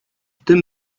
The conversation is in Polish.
tym